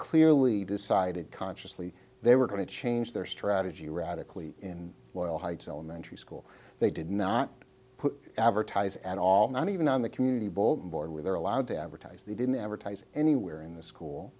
clearly decided consciously they were going to change their strategy radically in oil heights elementary school they did not put advertise at all not even on the community bowl board where they're allowed to advertise they didn't advertise anywhere in the school